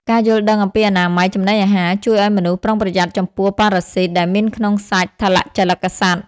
ការយល់ដឹងអំពីអនាម័យចំណីអាហារ ជួយឱ្យមនុស្សប្រុងប្រយ័ត្នចំពោះប៉ារ៉ាស៊ីតដែលមានក្នុងសាច់ថលជលិកសត្វ។